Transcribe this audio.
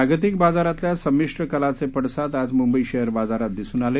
जागतिक बाजारातल्या संमिश्र कलाचे पडसाद आज मुंबई शेअर बाजारात दिसून आले